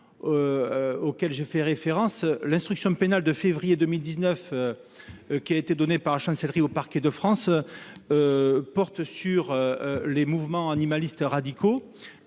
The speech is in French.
viens de faire référence. L'instruction pénale de février 2019 qui a été donnée par la chancellerie aux parquets de France concerne les mouvements animalistes radicaux